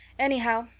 anyhow,